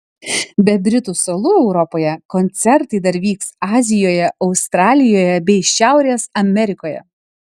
be britų salų europoje koncertai dar vyks azijoje australijoje bei šiaurės amerikoje